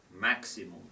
maximum